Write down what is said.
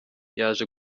yaje